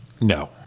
no